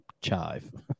Chive